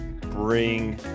bring